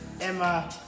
Emma